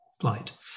flight